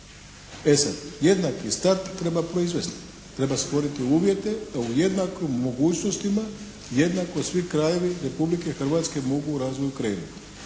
E sad jednaki start treba proizvesti, treba stvoriti uvjete da u jednakim mogućnostima jednako svi krajevi Republike Hrvatske mogu u razvoju krenuti.